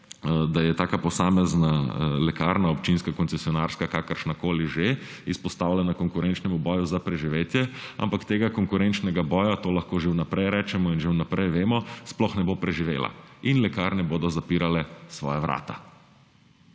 da je taka posamezna lekarna, občinska, koncesionarska ali kakršnakoli že, izpostavljena konkurenčnemu boju za preživetje, ampak tudi, da tega konkurenčnega boja, to lahko že vnaprej rečemo in že vnaprej vemo, sploh ne bo preživela. In lekarne bodo zapirale svoja vrata.